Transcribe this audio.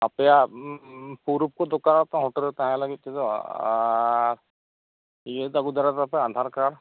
ᱟᱯᱮᱭᱟᱜ ᱯᱷᱩᱨᱩᱵᱽ ᱫᱮᱠᱷᱟᱣᱟ ᱦᱳᱴᱮᱞᱨᱮ ᱛᱟᱦᱮᱸ ᱞᱟᱹᱜᱤᱫ ᱛᱮᱫᱚ ᱟᱨ ᱤᱭᱟᱹ ᱫᱚ ᱟᱹᱜᱩ ᱛᱚᱨᱟᱭᱯᱮ ᱟᱫᱷᱟᱨ ᱠᱟᱨᱰ